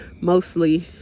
mostly